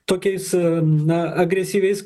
tokiais na agresyviais